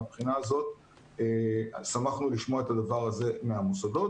מהבחינה הזאת שמחנו לשמוע את הדבר הזה מהמוסדות.